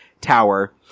tower